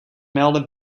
melden